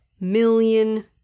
million